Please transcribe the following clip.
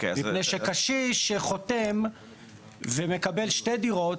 קשיש שחותם ומקבל שתי דירות,